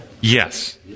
Yes